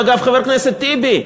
חבר הכנסת טיבי,